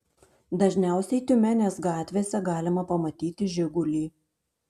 dažniausiai tiumenės gatvėse galima pamatyti žigulį